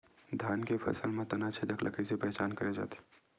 धान के फसल म तना छेदक ल कइसे पहचान करे जाथे?